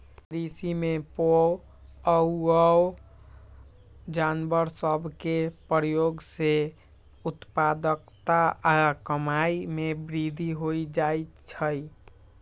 कृषि में पोअउऔ जानवर सभ के प्रयोग से उत्पादकता आऽ कमाइ में वृद्धि हो जाइ छइ